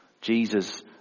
Jesus